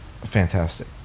fantastic